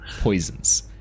poisons